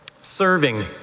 Serving